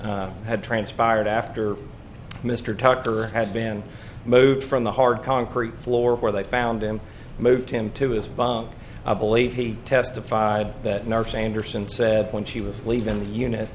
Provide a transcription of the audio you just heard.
had transpired after mr tucker had been moved from the hard concrete floor where they found him moved him to his bunk i believe he testified that nurse a nurse and said when she was leaving the unit